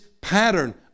pattern